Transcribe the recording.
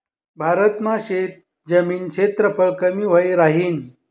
भारत मा शेतजमीन क्षेत्रफळ कमी व्हयी राहीन